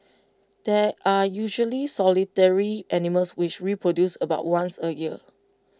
there are usually solitary animals which reproduce about once A year